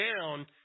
down